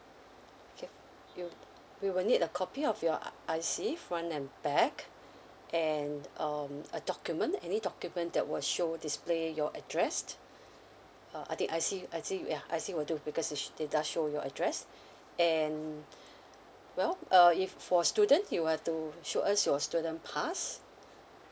okay we'll we will need a copy of your uh I_C front and back and um a document any document that will show display your address uh I think I_C I_C ya I_C will do because its sh~ data show your address and well uh if for students you will have to show us your student pass